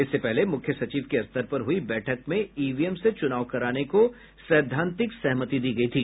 इससे पहले मुख्य सचिव के स्तर पर हुई बैठक में ईवीएम से चुनाव कराने को सैद्धांतिक सहमति दी गयी थी